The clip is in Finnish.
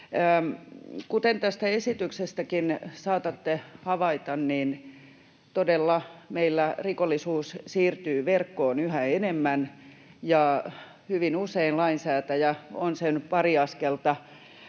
Kuten tästä esityksestäkin saatatte havaita, niin todella meillä rikollisuus siirtyy verkkoon yhä enemmän ja hyvin usein lainsäätäjä on sen pari askelta